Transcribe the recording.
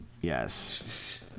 Yes